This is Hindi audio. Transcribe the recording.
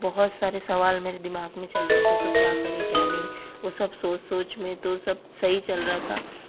बहुत सारे सवाल मेरे दिमाग में चल रहे थे तो क्या करें क्या नहीं वो सब सोच सोच में तो सब सही चल रहा था